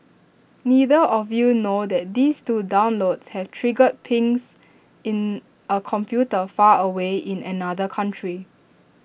neither of you know that these two downloads have triggered pings in A computer far away in another country